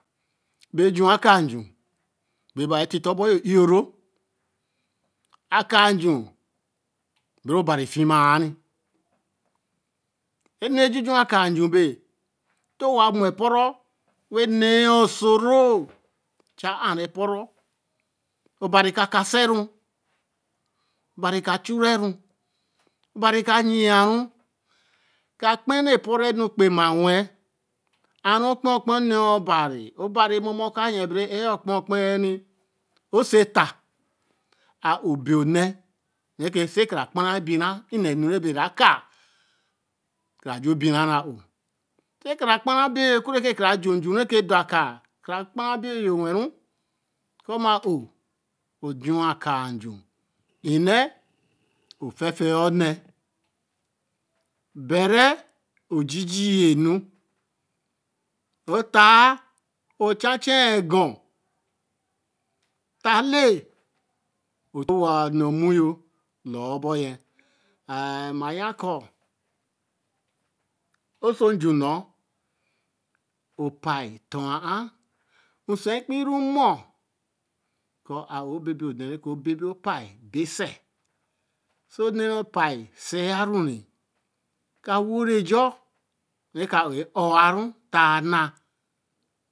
bej̄u wen a kaa nju be ba ō e tīte o bóyo e ōro. a kaa nju be ne obari fima nī e nu re juju wa a kaā nju be. to wa mo eporu wen neē osoro chaa ru eporu. obar ka kase ru, obari ka chure ru obarī ka yī yen ru. ka kpe re epo ru kpe ma wen. aru okpe kpe nee obari obari momu ko ayen bere aār o kpe kpe nī. oso e-ta a o be orne re ba se kara kpara ebīna ē ne nu ra kaa. kara j̄u binara ō se ka ra kpara j̄u binara ō se ka ra kpara abby okure ke. ka ra j̄u nj̄u re dor a kaa. kara kpa ra abby yo wen ro. ko ma ō baj̄u wa yi a kaā nju. ene ofa fea ō nee bere ojiji enu ru Haā ocher cher egon. Haa leē be to wa neē o mo yo lor bo. a-n. ma yen ko osoj̄u nu. opaī for wa ār hm se kpe ru mo. ke a-ō e bebe or ne re ke obe be opaī. wen sel. so ne re opaī sel ya rore. ka wore eja. ka ō or waru taā na